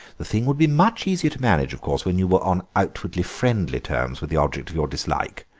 the thing would be much easier to manage, of course, when you were on outwardly friendly terms with the object of your dislike.